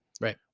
Right